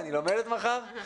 אני לומדת מחר?